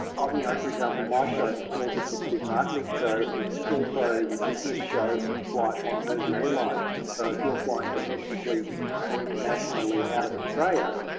ah you know for example, my show, the small business big marketing show is also the business show in-flight on virgin airlines. so if you're flying domestically or internationally out of australia,